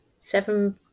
seven